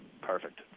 Perfect